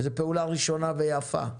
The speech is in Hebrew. זו פעולה ראשונה ויפה,